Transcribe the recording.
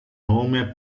nome